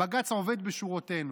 בג"ץ עובד בשורותינו.